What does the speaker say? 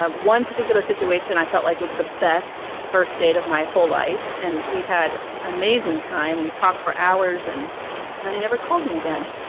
ah one particular situation. i felt like was the best first date of my whole life. and we had amazing time. we talked for hours and then he never called me again.